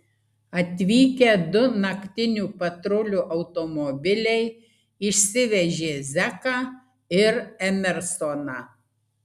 atvykę du naktinių patrulių automobiliai išsivežė zeką ir emersoną